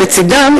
מצדם,